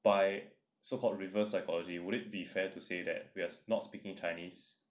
by so called reverse psychology would it be fair to say that we are not speaking chinese